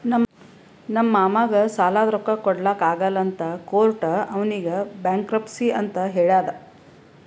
ನಮ್ ಮಾಮಾಗ್ ಸಾಲಾದ್ ರೊಕ್ಕಾ ಕೊಡ್ಲಾಕ್ ಆಗಲ್ಲ ಅಂತ ಕೋರ್ಟ್ ಅವ್ನಿಗ್ ಬ್ಯಾಂಕ್ರಪ್ಸಿ ಅಂತ್ ಹೇಳ್ಯಾದ್